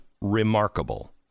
remarkable